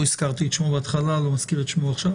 לא הזכרתי את שמו בהתחלה ואני לא מזכיר את שמו עכשיו.